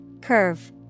Curve